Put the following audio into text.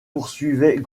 poursuivait